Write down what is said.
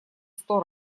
сто